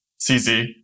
CZ